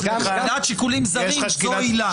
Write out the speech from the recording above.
מניעת שיקולים זרים זאת עילה.